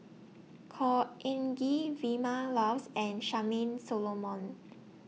Khor Ean Ghee Vilma Laus and Charmaine Solomon